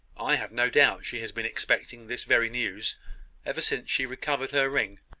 i have no doubt she has been expecting this very news ever since she recovered her ring.